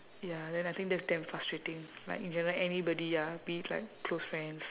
ya then I think that's damn frustrating like in general anybody ah be it like close friends